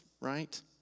right